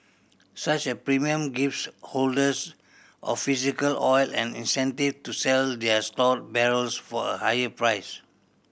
such a premium gives holders of physical oil an incentive to sell their stored barrels for a higher price